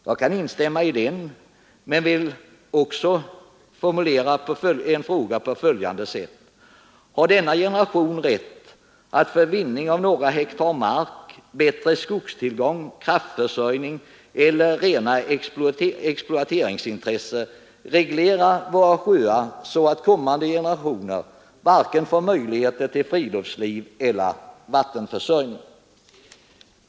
Jag kan instämma i den, men jag vill också formulera en fråga på följande sätt: Har denna generation rätt att för vinning av några hektar mark, bättre skogstillgång, kraftförsörjning eller rena exploateringsintressen reglera våra sjöar så att kommande generationer varken får möjligheter till friluftsliv eller vattenförsörjning?